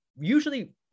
Usually